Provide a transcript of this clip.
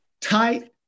tight